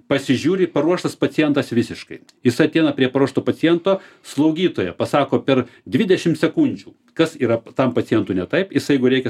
pasižiūri paruoštas pacientas visiškai jis ateina prie paruošto paciento slaugytoja pasako per dvidešim sekundžių kas yra tam pacientui ne taip jis jeigu reikia